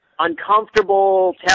uncomfortable